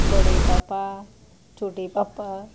बडे पापा छोटे पापा